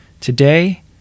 Today